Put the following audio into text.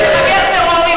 באמת,